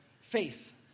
faith